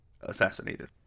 assassinated